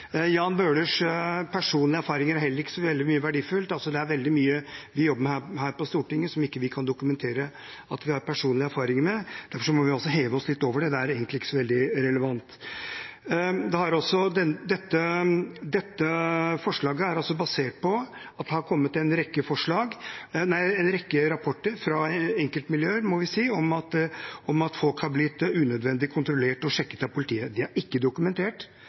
Jan Bøhlers personlige erfaringer er heller ikke så veldig verdifulle. Det er veldig mye vi jobber med her på Stortinget, som vi ikke kan dokumentere at vi har personlige erfaringer med. Derfor må vi også heve oss litt over det. Det er egentlig ikke så veldig relevant. Dette forslaget er basert på at det har kommet en rekke rapporter fra enkeltmiljøer, må vi si, om at folk har blitt unødvendig kontrollert og sjekket av politiet. Det er ikke dokumentert